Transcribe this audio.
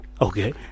Okay